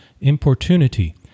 importunity